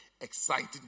exciting